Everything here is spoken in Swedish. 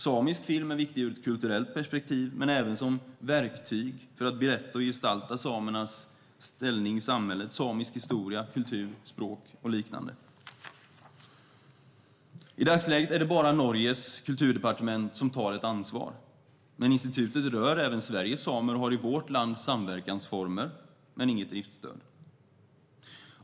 Samisk film är viktig ur ett kulturellt perspektiv men även som verktyg för att berätta och gestalta samernas ställning i samhället, samisk historia, kultur, språk och liknande. I dagsläget är det bara Norges kulturdepartement som tar ett ansvar. Men institutet rör även Sveriges samer och har i vårt land samverkansformer men inget driftsstöd.